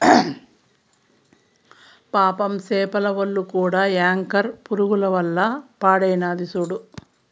పాపం సేపల ఒల్లు కూడా యాంకర్ పురుగుల వల్ల పాడైనాది సూడు